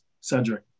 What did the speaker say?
Cedric